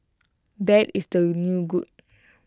bad is the new good